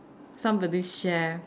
somebody share